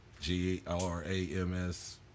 G-R-A-M-S